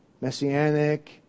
Messianic